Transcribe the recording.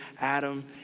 Adam